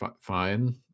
fine